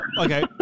okay